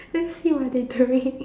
then see what they doing